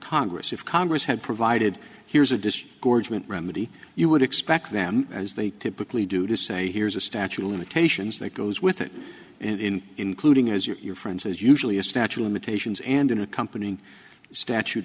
congress if congress had provided here's a distro gorge mint remedy you would expect them as they typically do to say here's a statute of limitations that goes with it in including as your friends is usually a statue imitations and an accompanying statute